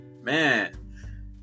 man